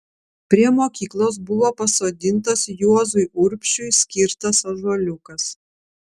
prie mokyklos buvo pasodintas juozui urbšiui skirtas ąžuoliukas